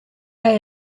lay